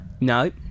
No